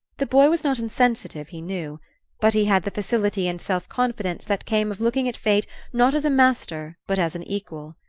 the boy was not insensitive, he knew but he had the facility and self-confidence that came of looking at fate not as a master but as an equal.